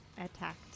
Attacked